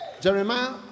Jeremiah